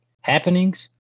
happenings